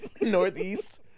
northeast